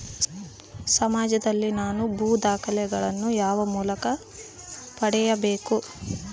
ಸಮಾಜದಲ್ಲಿ ನನ್ನ ಭೂ ದಾಖಲೆಗಳನ್ನು ಯಾವ ಮೂಲಕ ಪಡೆಯಬೇಕು?